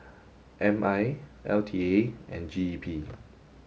M I L T A and G E P